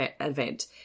event